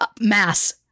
mass